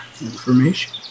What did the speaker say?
information